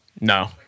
No